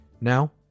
Now